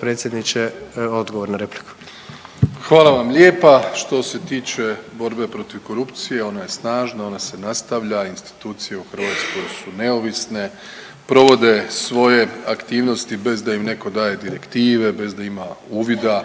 predsjedniče odgovor na repliku. **Plenković, Andrej (HDZ)** Hvala vam lijepa. Što se tiče borbe protiv korupcije ona je snažna, ona se nastavlja. Institucije u Hrvatskoj su neovisne, provode svoje aktivnosti bez da im netko daje direktive, bez da ima uvida